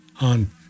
on